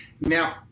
Now